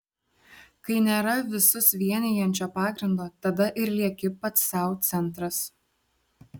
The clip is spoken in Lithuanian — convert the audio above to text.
kai nėra visus vienijančio pagrindo tada ir lieki pats sau centras